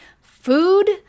food